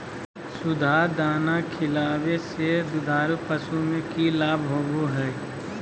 सुधा दाना खिलावे से दुधारू पशु में कि लाभ होबो हय?